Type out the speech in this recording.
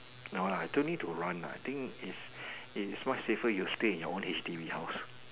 no lah don't need to run lah I think it's it's much safer you stay in your own H_D_B house